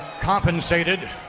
compensated